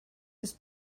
has